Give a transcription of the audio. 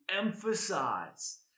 emphasize